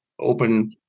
open